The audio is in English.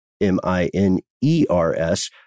M-I-N-E-R-S